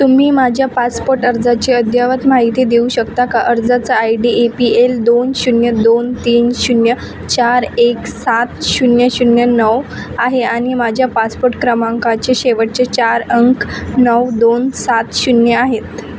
तुम्ही माझ्या पासपोट अर्जाची अद्ययावत माहिती देऊ शकता का अर्जाचा आय डी पी एल दोन शून्य दोन तीन शून्य चार एक सात शून्य शून्य नऊ आहे आणि माझ्या पासपोट क्रमांकाचे शेवटचे चार अंक नऊ दोन सात शून्य आहेत